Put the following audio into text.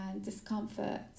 discomfort